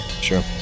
Sure